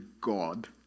God